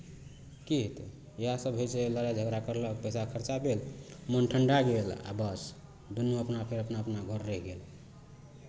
की हेतै इएहसभ होइ छै लड़ाइ झगड़ा करलक पैसा खरचा भेल मोन ठण्ढाए गेल आ बस दुनू अपना फेर अपना अपना घर रहि गेल